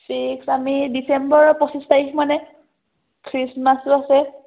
fix আমি ডিচেম্বৰৰ পঁচিছ তাৰিখ মানে খ্ৰীষ্টমাছো আছে